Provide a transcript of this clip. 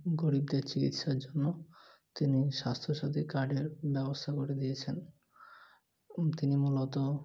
গরিবদের চিকিৎসার জন্য তিনি স্বাস্থ্যসাথী কার্ডের ব্যবস্থা করে দিয়েছেন তিনি মূলত